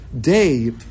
day